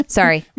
sorry